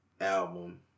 album